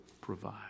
provide